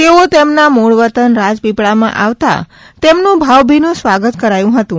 તેઓ તેમના મૂળ વતન રાજપીપળામાં આવતાં તેમનું ભાવભીનું સ્વાગત કરાયું હતું